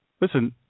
Listen